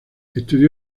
estudió